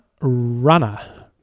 runner